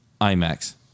IMAX